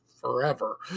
forever